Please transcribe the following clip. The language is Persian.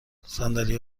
صندلی